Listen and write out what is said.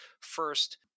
First